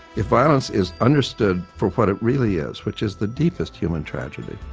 if violence is understood for what it really is, which is the deepest human tragedy,